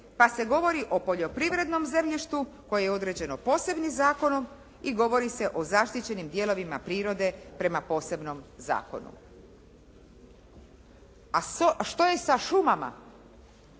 pa se govori o poljoprivrednom zemljištu koje je određeno posebnim zakonom i govori se o zaštićenim dijelovima prirode prema posebnom zakonu. A što je sa šumama?